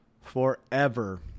forever